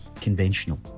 conventional